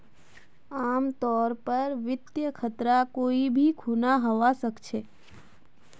आमतौरेर पर वित्तीय खतरा कोई भी खुना हवा सकछे